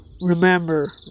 Remember